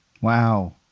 Wow